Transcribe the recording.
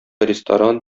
ресторан